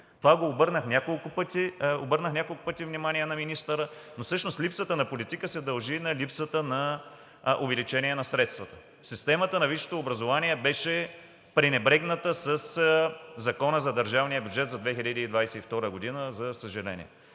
Обърнах няколко пъти внимание на министъра, но всъщност липсата на политика се дължи на липсата на увеличение на средствата. Системата на висшето образование беше пренебрегната със Закона за държавния бюджет за 2022 г., за съжаление.